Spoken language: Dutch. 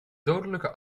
dodelijke